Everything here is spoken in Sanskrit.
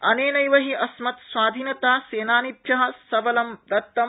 अनेनैव हि अस्मत् स्वाधीनता सेनानिभ्यः सबंलं दत्तम्